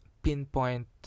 Pinpoint